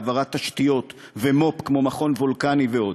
העברת תשתיות ומו"פ כמו מכון וולקני ועוד.